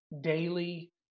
daily